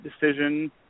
decision